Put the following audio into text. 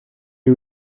est